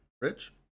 Rich